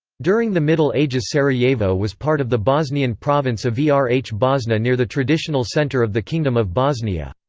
during the middle ages sarajevo was part of the bosnian province of yeah ah vrhbosna near the traditional center of the kingdom of bosnia.